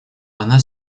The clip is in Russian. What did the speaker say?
она